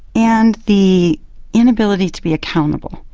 and the inability to be accountable.